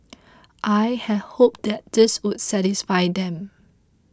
I had hoped that this would satisfy them